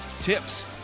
tips